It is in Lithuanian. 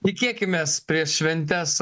tikėkimės prieš šventes